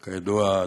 כידוע,